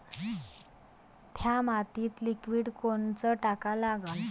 थ्या मातीत लिक्विड कोनचं टाका लागन?